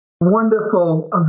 wonderful